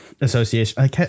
association